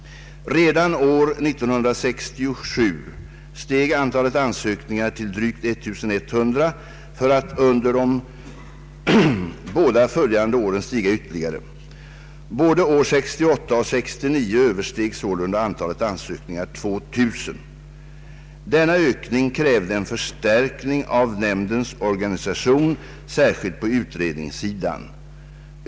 Redan år 1967 steg antalet ansökningar till drygt 1100 för att under de båda följande åren stiga ytterligare. Både år 1968 och år 1969 översteg sålunda antalet ansökningar 2000. Denna ökning krävde en förstärkning av nämndens organisation, särskilt på utredningssidan.